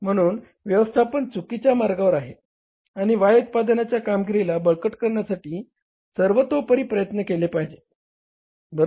म्हणून व्यवस्थापन चुकीच्या मार्गावर आहे आणि Y उत्पादनाच्या कामगिरीला बळकट करण्यासाठी सर्वतोपरी प्रयत्न केले पाहिजेत बरोबर